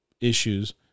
issues